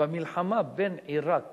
במלחמה בין עירק